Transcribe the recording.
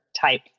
type